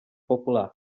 popular